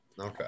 Okay